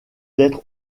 d’être